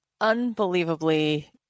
unbelievably